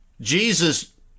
Jesus